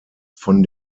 von